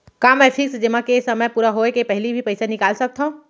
का मैं फिक्स जेमा के समय पूरा होय के पहिली भी पइसा निकाल सकथव?